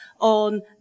on